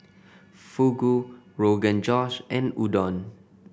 fugu Rogan Josh and Udon